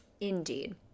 Indeed